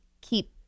keep